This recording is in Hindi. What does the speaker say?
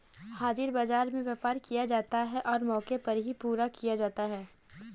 हाजिर बाजार में व्यापार किया जाता है और मौके पर ही पूरा किया जाता है